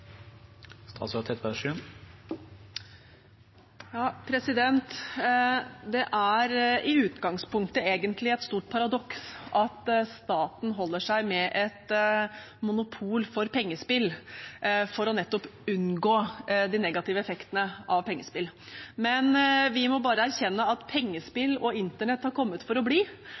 Det er i utgangspunktet egentlig et stort paradoks at staten holder seg med et monopol for pengespill for nettopp å unngå de negative effektene av pengespill. Men vi må bare erkjenne at pengespill og internett er kommet for å bli,